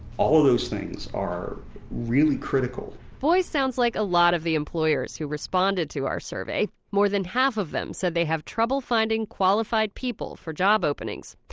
all of those things are really critical. boyes sounds like a lot of the employers who responded to our survey. more than half of them said they have trouble finding qualified people for job openings.